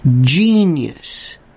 genius